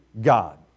God